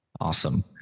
Awesome